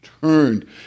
turned